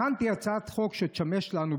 הכנתי הצעת חוק שתשמש לנו,